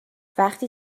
وقتی